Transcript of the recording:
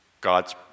God's